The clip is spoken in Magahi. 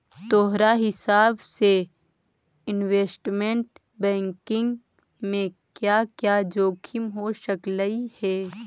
तोहार हिसाब से इनवेस्टमेंट बैंकिंग में क्या क्या जोखिम हो सकलई हे